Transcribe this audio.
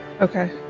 okay